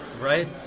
right